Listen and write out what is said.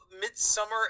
Midsummer